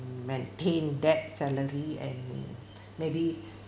maintain that salary and maybe